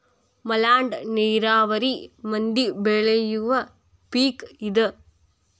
ಮಲ್ನಾಡ ನೇರಾವರಿ ಮಂದಿ ಬೆಳಿಯುವ ಪಿಕ್ ಇದ